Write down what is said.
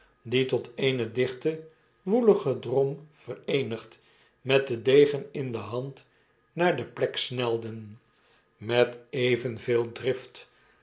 die tot eenen dichten woeligen drom vereenigd met den degen in de hand naar de plek snelden met even veel drift